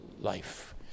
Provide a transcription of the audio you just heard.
life